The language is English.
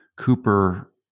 Cooper